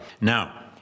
Now